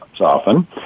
often